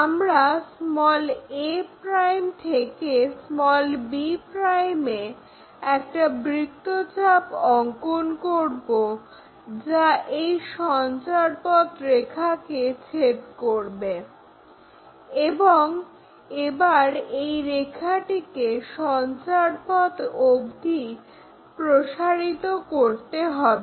আমরা a' থেকে b' এ একটা বৃত্ত চাপ অঙ্কন করবযা এই সঞ্চারপথ রেখাকে ছেদ করবে এবং এবার এই রেখাটিকে সঞ্চারপথ অব্দি প্রসারিত করতে হবে